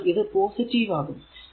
അതിനാൽ ഇത് പോസിറ്റീവ് ആകും